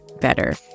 better